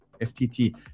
ftt